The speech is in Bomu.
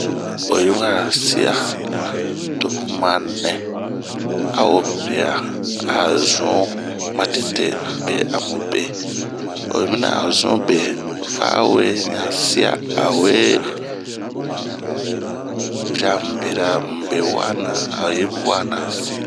Oyi wa si'aa, to bun ma nɛ ao piria ao zunh matete be amu be. oyi mina a zunh be fa 'o we si'aa ao we piria mun be wanna a yimu wanna.